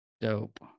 Dope